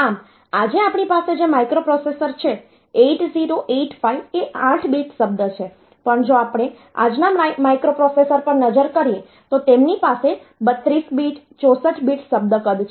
આમ આજે આપણી પાસે જે માઈક્રોપ્રોસેસર્સ છે 8085 એ 8 બીટ શબ્દ છે પણ જો આપણે આજના માઈક્રોપ્રોસેસરો પર નજર કરીએ તો તેમની પાસે 32 બીટ 64 બીટ શબ્દ કદ છે